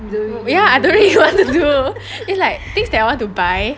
ya you don't really want to do it's like things that I want to buy